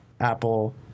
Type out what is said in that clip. Apple